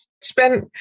spend